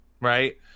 right